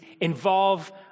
involve